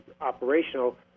operational